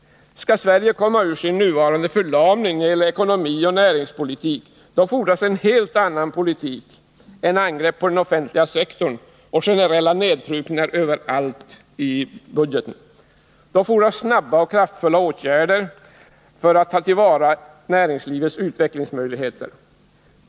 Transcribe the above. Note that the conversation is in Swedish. Skall Sverige komma ur sin nuvarande förlamning när det gäller ekonomi och näringspolitik, då fordras det en helt annan politik än angrepp på den offentliga sektorn och generella nedprutningar överallt i budgeten. Då fordras snabba och kraftfulla åtgärder för att ta till vara näringslivets utvecklingsmöjligheter.